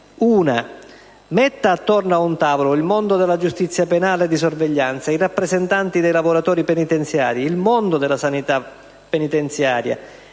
una: metta attorno ad un tavolo il mondo della giustizia penale e di sorveglianza, i rappresentanti dei lavoratori penitenziari, il mondo della sanità penitenziaria,